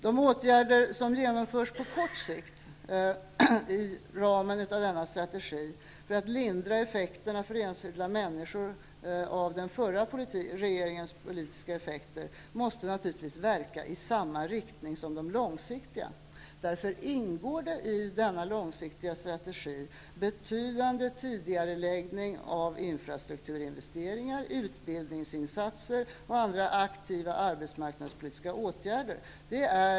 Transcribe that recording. De åtgärder som vidtas på kort sikt inom ramen för denna strategi för att lindra effekterna av den förra regeringens politik när det gäller enskilda människor måste naturligtvis verka i samma riktning som de långsiktiga åtgärderna. Därför ingår i denna långsiktiga strategi betydande tidigareläggningar av infrastrukturinvesteringar, utbildningsinsatser och andra aktiva arbetsmarknadspolitiska åtgärder.